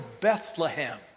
Bethlehem